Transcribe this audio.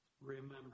remember